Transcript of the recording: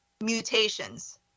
mutations